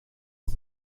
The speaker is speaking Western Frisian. oan